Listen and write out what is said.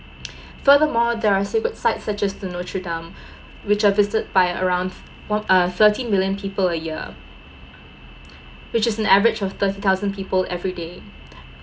furthermore there are sacred sites such as notre dame which have visited by around m~ uh thirty million people a year which is an average of thirty thousand people everyday